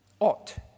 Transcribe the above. Ought